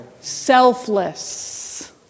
Selfless